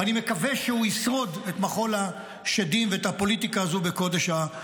ואני מקווה שהוא ישרוד את מחול השדים ואת הפוליטיקה הזו בקודש-הקודשים.